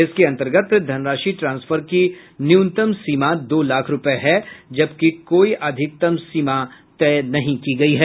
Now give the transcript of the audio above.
इसके अंतर्गत धनराशि ट्रांसफर की न्यूनतम सीमा दो लाख रुपये है जबकि कोई अधिकतम सीमा तय नहीं की गई है